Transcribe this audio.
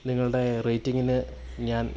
നിങ്ങളുടെ റേയ്റ്റിംഗിന് ഞാൻ